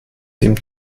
dem